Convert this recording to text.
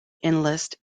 enlist